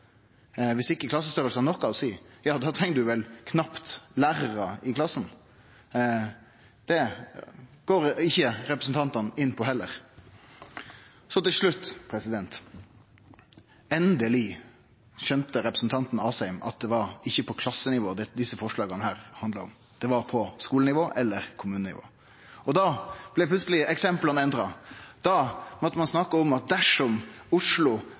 Viss klassestorleik ikkje har noko å seie, treng ein vel knapt lærarar i klassen. Det går heller ikkje representantane inn på. Til slutt: Endeleg skjønte representanten Asheim at det ikkje var lærartettleik på klassenivå desse forslaga handla om – det handla om lærartettleik på skulenivå eller på kommunenivå. Da blei eksempla plutseleg endra. Da måtte ein snakke om at dersom Oslo